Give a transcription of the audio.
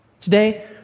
Today